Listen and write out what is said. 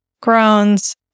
groans